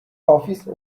office